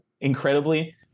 incredibly